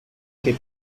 que